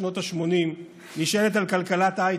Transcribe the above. שנות השמונים נשענת על כלכלת הייטק,